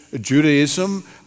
Judaism